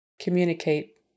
Communicate